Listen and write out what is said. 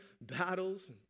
battles